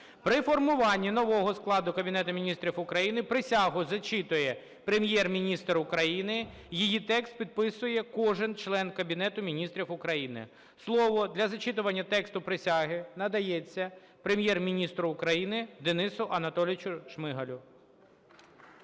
При формуванні нового складу Кабінету Міністрів України присягу зачитує Прем'єр-міністр України, її текст підписує кожен член Кабінету Міністрів України. Слово для зачитування тексту присяги надається Прем'єр-міністру України Денису Анатолійовичу Шмигалю.